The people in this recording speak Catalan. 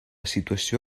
situació